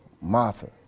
Martha